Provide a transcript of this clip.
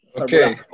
Okay